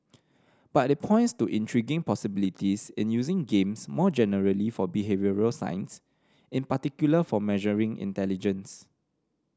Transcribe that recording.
but it points to intriguing possibilities in using games more generally for behavioural science in particular for measuring intelligence